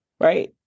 right